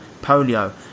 polio